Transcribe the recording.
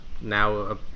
now